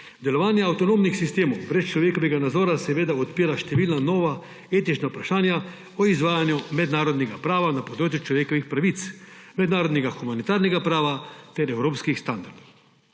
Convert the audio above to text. Delovanja avtonomnih sistemov brez človekovega nadzora seveda odpira številna nova etična vprašanja o izvajanju mednarodnega prava na področju človekovih pravic, mednarodnega humanitarnega prava ter evropskih standardov.